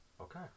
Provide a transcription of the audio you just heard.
Okay